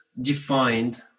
defined